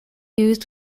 used